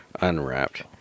unwrapped